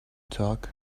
talk